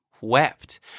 wept